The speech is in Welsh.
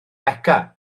beca